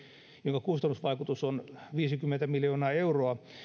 jonka kustannusvaikutus on viisikymmentä miljoonaa euroa